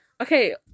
okay